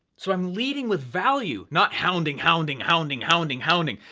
so, i'm leading with value, not hounding, hounding, hounding, hounding, hounding.